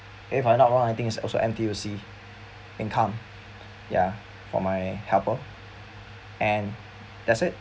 if I'm not wrong I think it's also N_T_U_C income ya for my helper and that's it